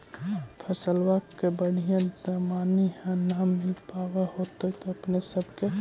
फसलबा के बढ़िया दमाहि न मिल पाबर होतो अपने सब के?